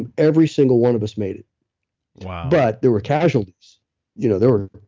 and every single one of us made it wow but there were casualties you know there were